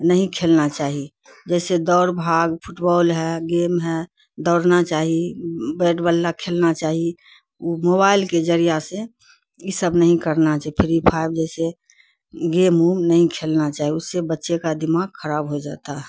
نہیں کھیلنا چاہیے جیسے دوڑ بھاگ فٹ بال ہے گیم ہے دوڑنا چاہیے بیٹ بلا کھیلنا چاہیے او موبائل کے ذریعہ سے یہ سب نہیں کرنا چاہیے پھری پھائیو جیسے گیم اوم نہیں کھیلنا چاہیے اس سے بچے کا دماغ خراب ہو جاتا ہے